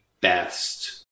best